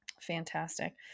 Fantastic